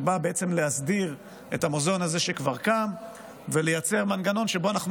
היא באה להסדיר את המוזיאון הזה שכבר קם ולייצר מנגנון שבו אנחנו